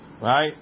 Right